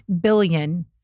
billion